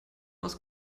aus